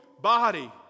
body